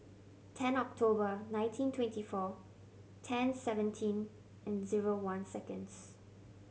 ten October nineteen twenty four ten seventeen and zero one seconds